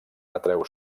atreu